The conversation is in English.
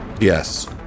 Yes